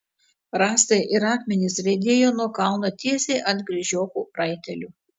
rąstai ir akmenys riedėjo nuo kalno tiesiai ant kryžiokų raitelių